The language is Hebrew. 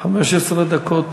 15 דקות